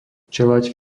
čeľaď